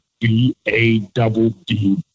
B-A-double-D